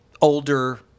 older